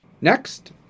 next